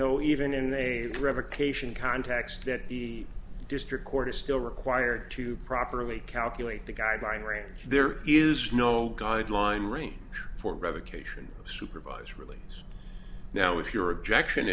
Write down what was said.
though even in a revocation context that the district court is still required to properly calculate the guideline range there is no guideline range for revocation supervise really now if your objection